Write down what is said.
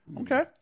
Okay